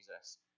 Jesus